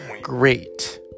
great